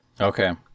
Okay